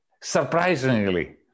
surprisingly